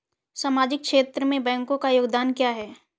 सामाजिक क्षेत्र में बैंकों का योगदान क्या है?